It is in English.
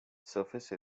surface